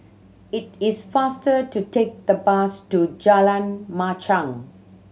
it is faster to take the bus to Jalan Machang